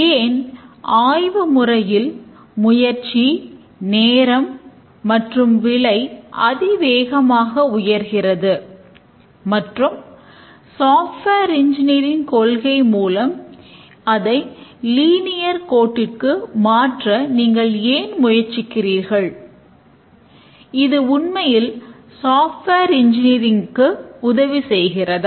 ஏன் ஆய்வு முறையில் முயற்சி நேரம் மற்றும் விலை அதி வேகமாக உயர்கிறது மற்றும் சாஃப்ட்வேர் இன்ஜினியரிங் க்கு உதவி செய்கிறதா